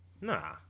Nah